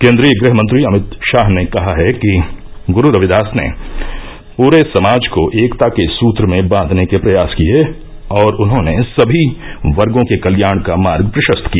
केन्द्रीय गृहमंत्री अमित शाह ने कहा है कि गुरु रविदास ने पूरे समाज को एकता के सूत्र में बांधने के प्रयास किये और उन्होंने सभी वर्गो के कल्याण का मार्ग प्रशस्त किया